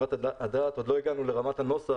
עוד לא הגענו לרמת הנוסח,